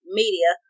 media